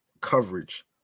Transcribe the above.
coverage